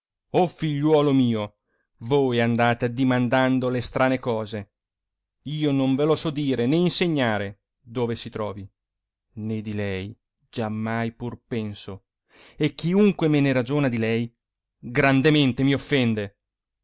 turbato ligliuolo mio voi andate addimandando le strane cose io non ve lo so dire né insegnare dove si trovi nò di lei giamai pur penso e chiunque me ne ragiona di lei grandemente mi offende